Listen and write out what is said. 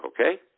okay